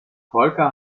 volker